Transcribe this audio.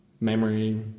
memory